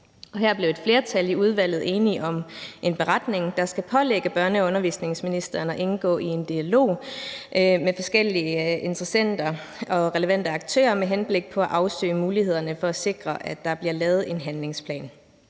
Her blev et flertal i udvalget enige om en beretning, der skal pålægge børne- og undervisningsministeren at indgå i en dialog med forskellige interessenter og relevante aktører med henblik på at afsøge mulighederne for at sikre, at der bliver lavet en handlingsplan.